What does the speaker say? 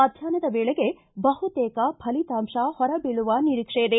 ಮಧ್ಯಾಪ್ನದ ವೇಳೆಗೆ ಬಹುತೇಕ ಫಲಿತಾಂಶ ಹೊರಬೀಳುವ ನಿರೀಕ್ಷೆ ಇದೆ